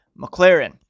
McLaren